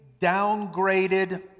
downgraded